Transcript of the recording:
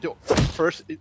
First